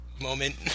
moment